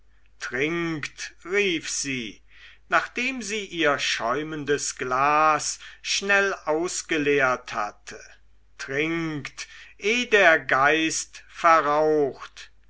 trinkt rief sie nachdem sie ihr schäumendes glas schnell ausgeleert hatte trinkt eh der geist verraucht